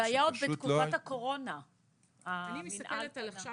אני מספרת על עכשיו,